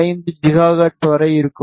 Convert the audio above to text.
55 gigahertz வரை இருக்கும்